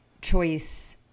choice